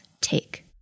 take